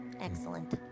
Excellent